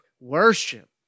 worship